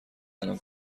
الان